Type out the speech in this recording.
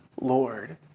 Lord